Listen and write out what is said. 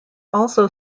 also